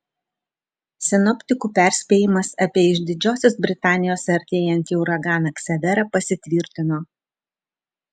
sinoptikų perspėjimas apie iš didžiosios britanijos artėjantį uraganą ksaverą pasitvirtino